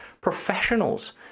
Professionals